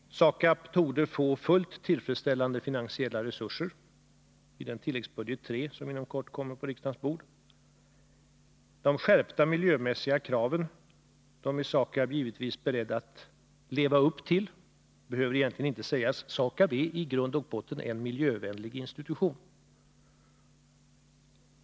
SAKAB torde få fullt tillfredsställande finansiella resurser i den tilläggsbudget 3 som inom kort kommer att läggas på riksdagens bord. De skärpta miljömässiga kraven är SAKAB givetvis berett att leva upp till. Det behöver egentligen inte sägas, men SAKAB är en i grund och botten miljövänlig institution.